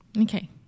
Okay